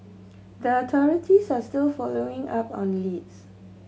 the authorities are still following up on leads